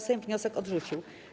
Sejm wniosek odrzucił.